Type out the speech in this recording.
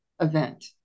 event